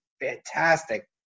fantastic